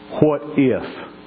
what-if